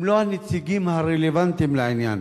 לא הנציגים הרלוונטיים לעניין.